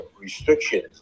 restrictions